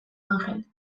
angelek